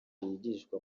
yigishwa